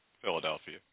Philadelphia